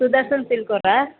Sudarshan silk ಅವರಾ